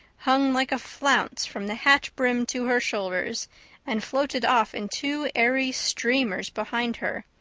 hung like a flounce from the hat brim to her shoulders and floated off in two airy streamers behind her.